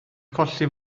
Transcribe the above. colli